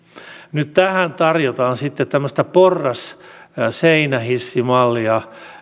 nyt tähän tarjotaan sitten tämmöistä porrasseinähissimallia